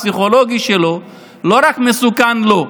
הפסיכולוגי שלו לא מסוכן רק לו,